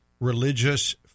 Religious